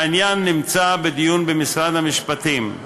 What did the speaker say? העניין נמצא בדיון במשרד המשפטים,